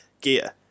gear